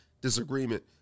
disagreement